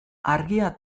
argia